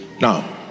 Now